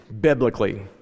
biblically